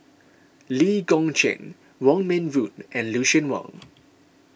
Lee Kong Chian Wong Meng Voon and Lucien Wang